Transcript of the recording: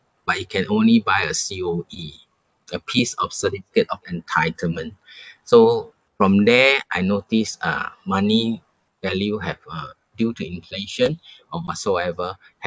but it can only buy a C_O_E a piece of certificate of entitlement so from there I notice ah money value have uh due to inflation or whatsoever